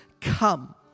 Come